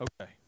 Okay